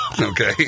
okay